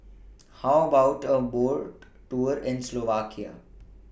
How about A Boat Tour in Slovakia